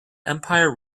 empire